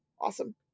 awesome